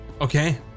Okay